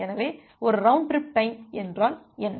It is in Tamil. எனவே ஒரு ரவுண்ட் ட்ரிப் டைம் என்றால் என்ன